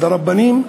אחד הרבנים,